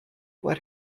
what